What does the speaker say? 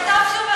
תישאר,